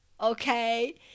okay